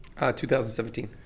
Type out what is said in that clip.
2017